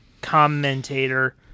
commentator